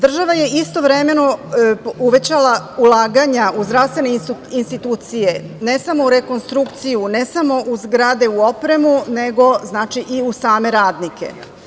Država je istovremeno uvećala ulaganja u zdravstvene institucije, ne samo u rekonstrukciju, ne samo u zgrade, u opremu, nego i u same radnike.